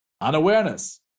Unawareness